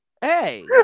Hey